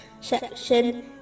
section